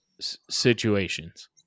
situations